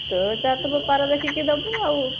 ତୋର ଯାହା ତୋ ବେପାର ଦେଖିକି ଦେବୁ ଆଉ